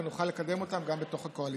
ונוכל לקדם אותן גם בתוך הקואליציה.